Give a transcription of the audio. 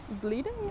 bleeding